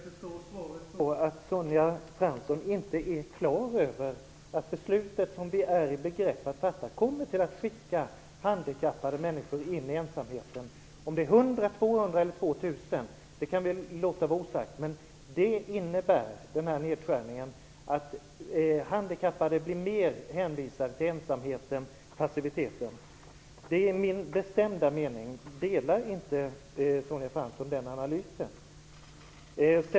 Herr talman! Skall jag förstå svaret så att Sonja Fransson inte är klar över att det beslut som vi står i begrepp att fatta kommer att skicka handikappade människor in i ensamheten? Om det gäller 100, 200 eller 2 000 kan vi låta vara osagt, men den här nedskärningen innebär att de handikappade blir mer hänvisade till ensamheten och passiviteten. Det är min bestämda mening. Delar inte Sonja Fransson den analysen?